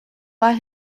buy